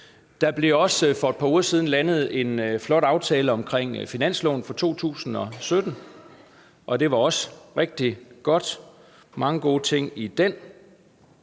Der blev også for et par uger siden landet en flot aftale om finansloven for 2017. Det var også rigtig godt; der er mange gode ting i den.